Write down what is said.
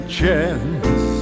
chance